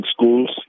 schools